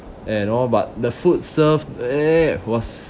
and all but the food served it was